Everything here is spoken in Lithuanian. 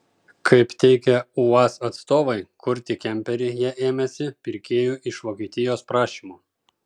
kaip teigia uaz atstovai kurti kemperį jie ėmėsi pirkėjų iš vokietijos prašymu